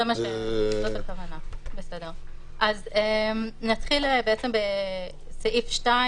אז נתחיל בסעיף 2